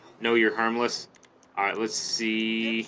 no you're harmless alright let's see